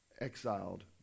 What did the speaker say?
exiled